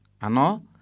ano